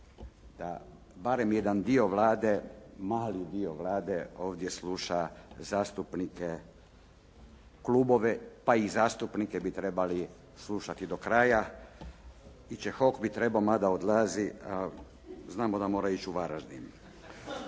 da barem jedan dio Vlade, mali dio Vlade ovdje sluša zastupnike, klubove, pa i zastupnike bi trebali slušati do kraja. I Čehok bi trebao mada odlazi, znamo da mora ići u Varaždin.